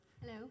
Hello